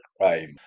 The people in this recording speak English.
crime